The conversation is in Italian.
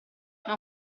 non